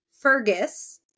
Fergus